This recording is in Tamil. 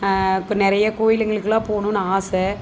இக்கு நிறைய கோயிலுங்களுக்கெல்லாம் போகணுன்னு ஆசை